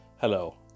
Hello